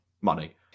money